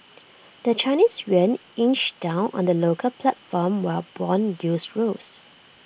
the Chinese Yuan inched down on the local platform while Bond yields rose